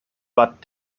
bad